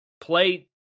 play